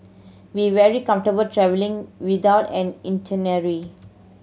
be very comfortable travelling without an itinerary